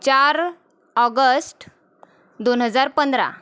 चार ऑगस्ट दोन हजार पंधरा